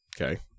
okay